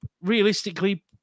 realistically